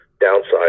downside